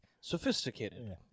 sophisticated